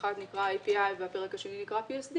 אחד נקרא API והפרק השני נקרא PSD